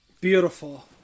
beautiful